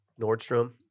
Nordstrom